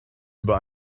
über